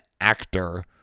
actor